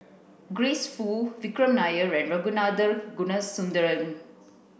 Grace Fu Vikram Nair and Ragunathar